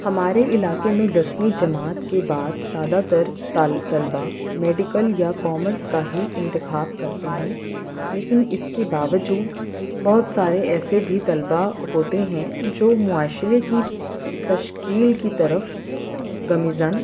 ہمارے علاقے میں دسویں جماعت کے بعد زیادہ تر طلبہ میڈیکل یا کامرس کا ہی انتخاب کرتے ہیں لیکن اس کے باوجود بہت سارے ایسے بھی طلبہ ہوتے ہیں جو معاشرے کی تشکیل کی طرف گامزن